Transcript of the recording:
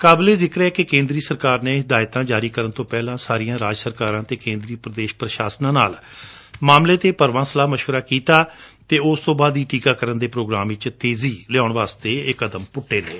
ਕਾਬਲੇ ਜ਼ਿਕਰ ਏ ਕਿ ਕੇਂਦਰੀ ਸਰਕਾਰ ਨੇ ਹਿਦਾਇਤਾਂ ਜਾਰੀ ਕਰਨ ਤੋਂ ਪਹਿਲਾਂ ਸਾਰੀਆਂ ਰਾਜ ਸਰਕਾਰਾਂ ਅਤੇ ਕੇਂਦਰੀ ਪੁਦੇਸ਼ ਪੁਸ਼ਾਸਕਾ ਨਾਲ ਮਾਮਲੇ ਤੇ ਭਰਵਾਂ ਸਲਾਹ ਮਸ਼ਵਰਾ ਕੀਤਾ ਅਤੇ ਉਸ ਤੋਂ ਬਾਅਦ ਹੀ ਟੀਕਾਕਰਨ ਦੇ ਪ੍ਰੋਗਰਾਮ ਵਿਚ ਤੇਜ਼ੀ ਲਿਆਉਣ ਦਾ ਕਦਮ ਪੁਟਿਆ ਏ